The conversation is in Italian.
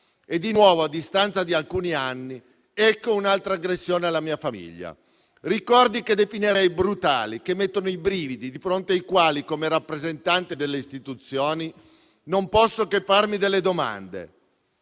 E di nuovo, a distanza di alcuni anni, ecco un'altra aggressione alla mia famiglia». Ricordi che definirei brutali, che mettono i brividi e di fronte ai quali, come rappresentante delle istituzioni, non posso che farmi delle domande.